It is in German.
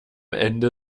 ende